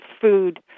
food